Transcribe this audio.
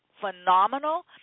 phenomenal